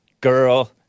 girl